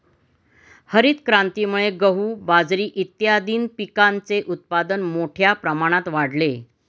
हरितक्रांतीमुळे गहू, बाजरी इत्यादीं पिकांचे उत्पादन मोठ्या प्रमाणात वाढले